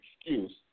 excuse